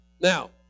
Now